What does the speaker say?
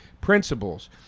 principles